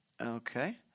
okay